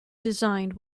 designed